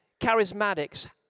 charismatics